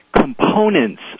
components